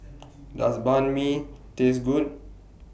Does Banh MI Taste Good